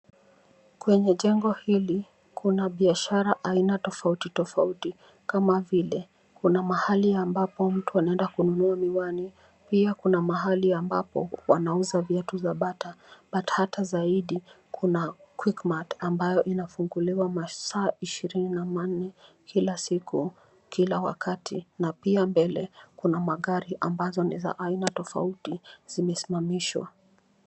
Kwenye jengo hili, kuna biashara aina tofauti tofauti ,kama vile, kuna mahali ambapo mtu anaenda kununua miwani, pia kuna mahali ambapo wanauza viatu vya bata, but hata zaidi, kuna Quickmart ambayo inafunguliwa masaa ishirini na manne, kila siku, kila wakati na pia mbele, kuna magari ambazo ni za aina tofauti, zimesimamishwa.